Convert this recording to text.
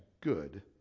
good